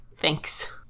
Thanks